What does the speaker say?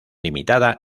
limitada